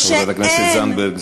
חברת הכנסת זנדברג,